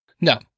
no